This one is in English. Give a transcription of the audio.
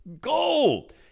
Gold